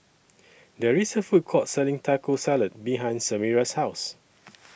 There IS A Food Court Selling Taco Salad behind Samira's House